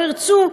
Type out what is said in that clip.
או לא ירצו,